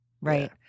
Right